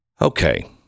Okay